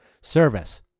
service